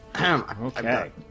Okay